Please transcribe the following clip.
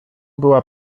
była